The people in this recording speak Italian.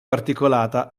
articolata